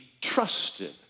trusted